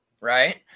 right